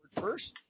first